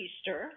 Easter